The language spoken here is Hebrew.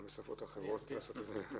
אלא גם בשפות אחרות לעשות את זה.